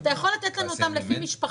אתה יכול לתת לנו אותן לפי משפחות?